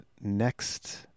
Next